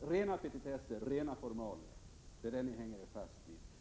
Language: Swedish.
De klamrar sig fast vid rena petitesser och rena formalia,